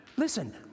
Listen